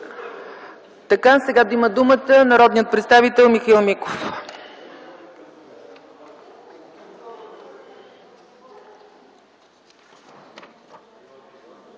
днес. Има думата народният представител Михаил Миков.